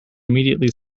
immediately